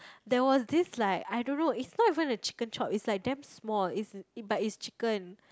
there was this like I don't know it's not even a chicken chop it's like damn small it's but is chicken